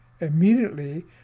immediately